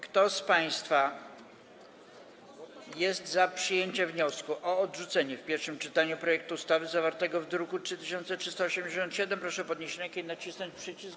Kto z państwa jest za przyjęciem wniosku o odrzucenie w pierwszym czytaniu projektu ustawy zawartego w druku nr 3387, proszę podnieść rękę i nacisnąć przycisk.